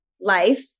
life